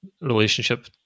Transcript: relationship